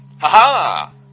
Ha-ha